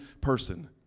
person